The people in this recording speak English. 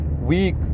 weak